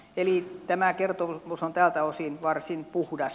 eli tämä kertomus on tältä osin varsin puhdas